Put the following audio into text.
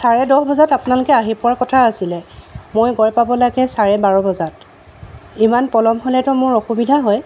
চাৰে দহ বজাত আপোনালোকে আহি পোৱা কথা আছিলে মই গৈ পাব লাগে চাৰে বাৰ বজাত ইমান পলম হ'লেতো মোৰ অসুবিধা হয়